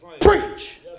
preach